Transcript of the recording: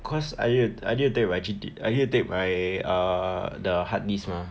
cause I need I need to take my G_T_A I need to take my eh err the hard disk mah